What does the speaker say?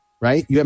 right